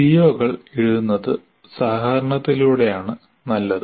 സിഒകൾ എഴുതുന്നത് സഹകരണത്തിലൂടെയാണ് നല്ലത്